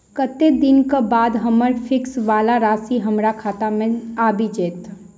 कत्तेक दिनक बाद हम्मर फिक्स वला राशि हमरा खाता मे आबि जैत?